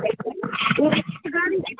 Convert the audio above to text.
ए गाडी